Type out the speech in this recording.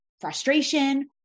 frustration